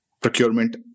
procurement